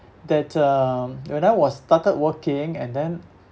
that um when I was started working and then